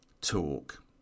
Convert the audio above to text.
talk